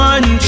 One